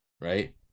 right